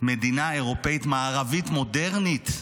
מדינה אירופאית מערבית מודרנית.